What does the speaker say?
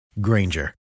Granger